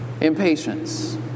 impatience